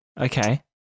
Okay